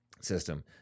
system